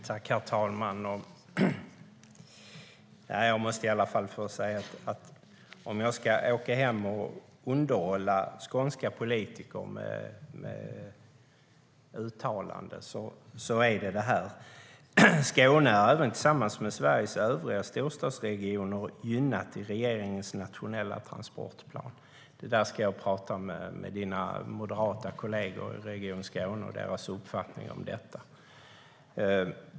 Herr talman! Om jag ska åka hem och underhålla skånska politiker med uttalanden är det detta jag kommer att använda: Skåne är även tillsammans med övriga storstadsregioner gynnat i regeringens nationella transportplan. Jag tala med dina moderata kolleger i Region Skåne om deras uppfattning om detta.